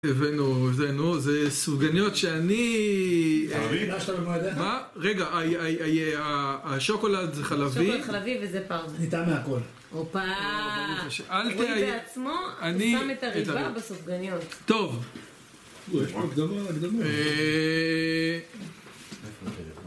זה סופגניות שאני... מה? רגע, השוקולד זה חלבי. שוקולד חלבי וזה פרווה. נטעם מהכל. הופה! רועי בעצמו ושם את הריבה בסופגניות. טוב.